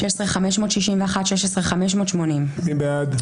16,301 עד 16,320. מי בעד?